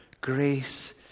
Grace